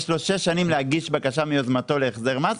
יש לו שש שנים להגיש בקשה מיוזמתו להחזר מס,